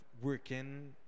working